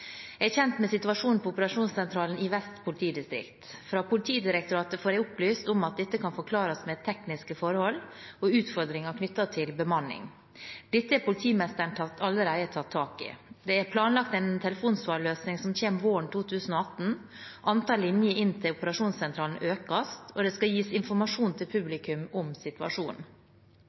Jeg er kjent med situasjonen på operasjonssentralen i Vest politidistrikt. Fra Politidirektoratet får jeg opplyst at dette kan forklares med tekniske forhold og utfordringer knyttet til bemanning. Dette har politimesteren allerede tatt tak i. Det er planlagt en telefonsvarløsning som kommer våren 2018, antall linjer inn til operasjonssentralen økes, og det skal gis informasjon til publikum om situasjonen.